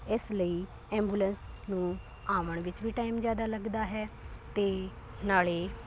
ਇਸ ਲਈ ਐਬੂਲੈਂਸ ਨੂੰ ਆਉਣ ਵਿੱਚ ਵੀ ਟਾਈਮ ਜ਼ਿਆਦਾ ਲੱਗਦਾ ਹੈ ਅਤੇ ਨਾਲ